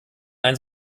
einen